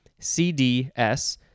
CDS